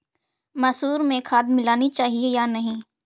मसूर में खाद मिलनी चाहिए या नहीं?